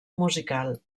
musical